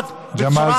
הכנסת ג'מאל